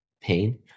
pain